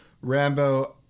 Rambo